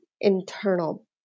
internal